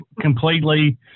completely